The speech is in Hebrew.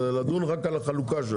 לדון רק על החלוקה שלו.